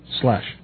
Slash